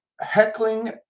heckling